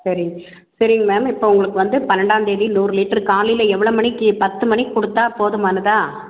சரிங்க சரிங்க மேம் இப்போ வந்து உங்களுக்கு பன்னெரெண்டாந்தேதி நூறு லிட்ரு காலையில் எவ்வளோ மணிக்கு பத்து மணிக்கு கொடுத்தா போதுமானதா